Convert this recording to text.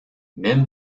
мен